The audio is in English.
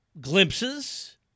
glimpses